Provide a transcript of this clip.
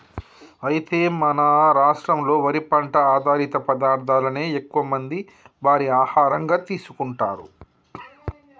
అయితే మన రాష్ట్రంలో వరి పంట ఆధారిత పదార్థాలనే ఎక్కువ మంది వారి ఆహారంగా తీసుకుంటారు